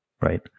right